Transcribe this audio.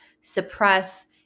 suppress